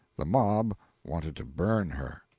the mob wanted to burn her.